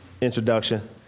introduction